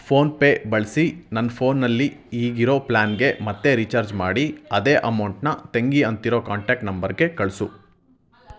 PhonePe ಬಳಸಿ ನನ್ನ ಫೋನಲ್ಲಿ ಈಗಿರೋ ಪ್ಲಾನ್ಗೇ ಮತ್ತೆ ರೀಚಾರ್ಜ್ ಮಾಡಿ ಅದೇ ಅಮೌಂಟನ್ನ ತಂಗಿ ಅಂತಿರೋ ಕಾಂಟ್ಯಾಕ್ಟ್ ನಂಬರ್ಗೆ ಕಳಿಸು